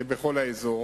בכל אזור